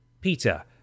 Peter